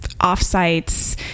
off-sites